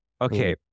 Okay